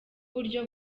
buryo